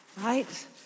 right